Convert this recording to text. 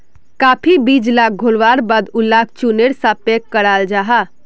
काफी बीज लाक घोल्वार बाद उलाक चुर्नेर सा पैक कराल जाहा